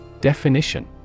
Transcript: Definition